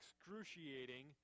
excruciating